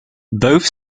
both